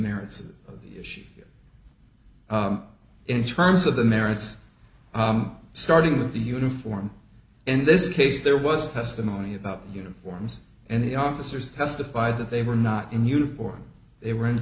merits of the issue here in terms of the merits starting with the uniform in this case there was testimony about uniforms and the officers testified that they were not in uniform they